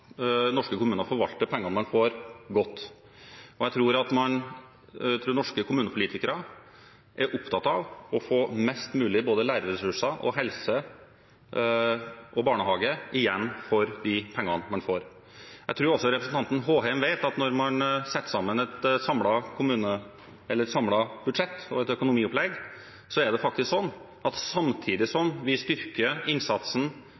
norske kommuner forvalter pengene de får, godt, og jeg tror norske kommunepolitikere er opptatt av å få mest mulig – både lærerressurser, helse og barnehage – igjen for de pengene man får. Jeg tror også representanten Håheim vet at når man setter sammen et samlet budsjett og et økonomiopplegg, er det faktisk slik at samtidig som vi styrker